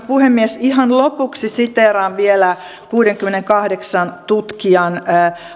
puhemies ihan lopuksi siteeraan vielä kuudenkymmenenkahdeksan tutkijan